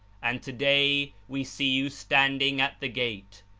and today we see you standing at the gate.